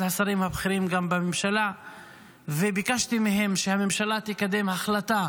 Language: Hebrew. השרים הבכירים בממשלה וביקשתי מהם שהממשלה תקדם החלטת